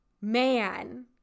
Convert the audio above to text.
man